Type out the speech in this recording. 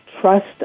trust